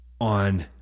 on